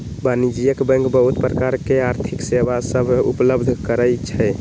वाणिज्यिक बैंक बहुत प्रकार के आर्थिक सेवा सभ उपलब्ध करइ छै